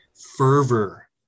fervor